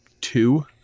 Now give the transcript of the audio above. two